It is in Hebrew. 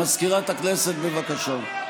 מזכירת הכנסת, בבקשה.